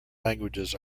languages